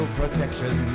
protection